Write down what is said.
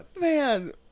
Man